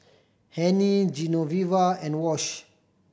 Hennie Genoveva and Wash